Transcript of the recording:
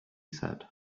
said